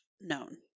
known